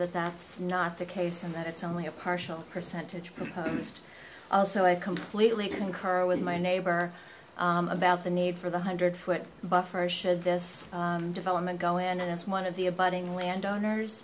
that that's not the case and that it's only a partial percentage post also i completely concur with my neighbor about the need for the hundred foot buffer should this development go in and it's one of the a budding landowners